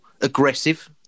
aggressive